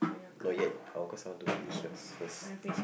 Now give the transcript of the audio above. not yet oh cause I want to finish yours first